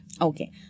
okay